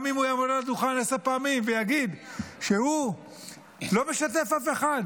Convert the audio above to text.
גם אם הוא יעמוד על הדוכן עשר פעמים ויגיד שהוא לא משתף אף אחד,